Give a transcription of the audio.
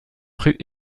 rue